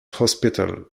hospital